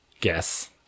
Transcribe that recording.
Guess